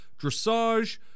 dressage